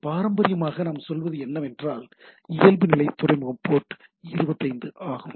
பாரம்பரியமாக நாம் சொல்வது என்னவென்றால் இயல்புநிலை துறைமுகம் போர்ட் 25 ஆகும்